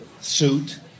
suit